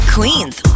Queens